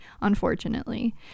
unfortunately